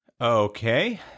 Okay